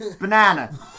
banana